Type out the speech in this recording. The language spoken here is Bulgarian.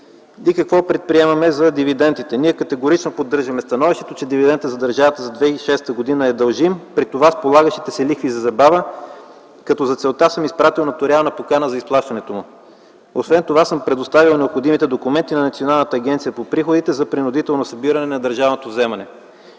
Какво предприемаме за дивидентите? Ние категорично поддържаме становището, че дивидентът за държавата за 2006 г. е дължим, при това с полагащите се лихви за забава, като за целта съм изпратил нотариална покана за изплащането му. Освен това съм предоставил необходимите документи на Националната агенция за приходите за принудително събиране на държавното вземане.